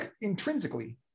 intrinsically